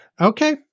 Okay